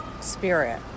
spirit